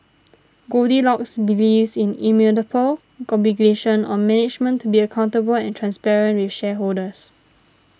goldilocks believes in immutable obligation on management to be accountable and transparent with shareholders